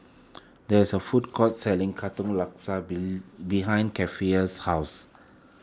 there is a food court selling Katong Laksa behind Keifer's house